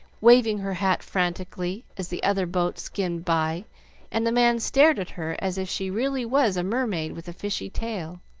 waving her hat frantically as the other boat skimmed by and the man stared at her as if she really was a mermaid with a fishy tail.